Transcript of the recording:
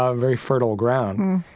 ah very fertile ground.